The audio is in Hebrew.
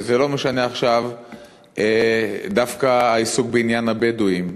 וזה לא משנה עכשיו אם זה דווקא העיסוק בעניין הבדואים,